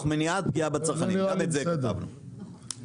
זה נראה לי בסדר,